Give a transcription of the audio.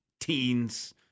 teens